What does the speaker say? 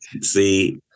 See